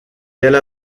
elle